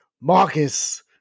Marcus